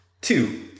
Two